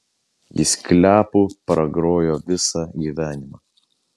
jis kliapu pragrojo visą gyvenimą